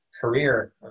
career –